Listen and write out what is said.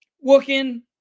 working